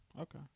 Okay